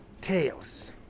tales